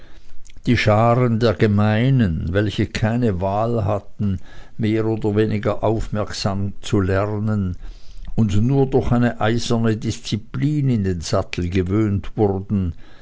die scharen der gemeinen welche keine wahl hatten mehr oder weniger aufmerksam zu lernen und nur durch eine eiserne disziplin in den sattel gewöhnt wurden